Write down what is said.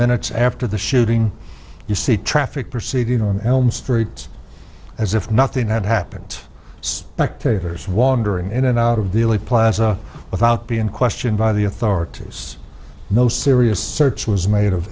minutes after the shooting you see traffic proceed on elm streets as if nothing had happened spectators wandering in and out of the lip plaza without being questioned by the authorities no serious search was made of